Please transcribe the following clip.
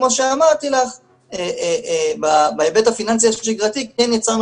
כמו שאמרתי לך בהיבט הפיננסי השגרתי כן יצרנו